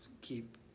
keep